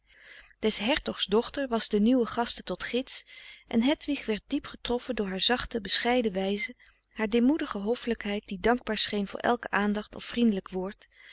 des hertogs dochter was den nieuwen gasten tot gids en hedwig werd diep getroffen door haar zachte bescheiden wijze haar deemoedige hoffelijkheid die dankbaar scheen voor elke aandacht of vriendelijk woord